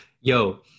yo